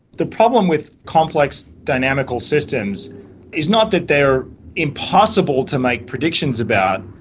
the problem with complex dynamical systems is not that they are impossible to make predictions about,